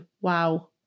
wow